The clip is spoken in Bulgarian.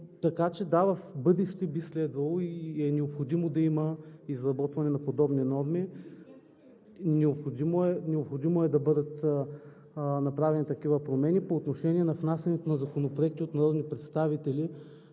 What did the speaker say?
Така че да, в бъдеще би следвало и е необходимо да има изработване на подобни норми. Необходимо е да бъдат направени такива промени по отношение на внасянето на законопроекти от народни представители